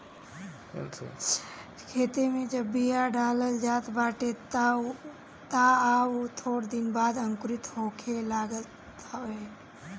खेते में जब बिया डालल जात बाटे तअ उ थोड़ दिन बाद अंकुरित होखे लागत हवे